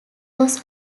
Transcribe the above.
was